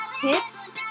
tips